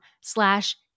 slash